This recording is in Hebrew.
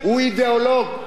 הוא אידיאולוג.